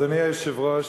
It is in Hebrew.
אדוני היושב-ראש,